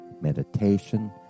meditation